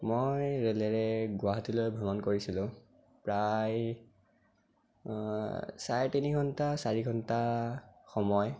মই ৰেলেৰে গুৱাহাটীলৈ ভ্ৰমণ কৰিছিলোঁ প্ৰায় চাৰে তিনি ঘণ্টা চাৰি ঘণ্টা সময়